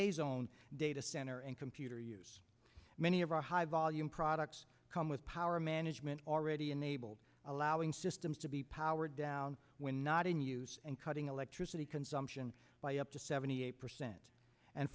s zone data center and computer use many of our high volume products come with power management already enabled allowing systems to be powered down when not in use and cutting electricity consumption by up to seventy eight percent and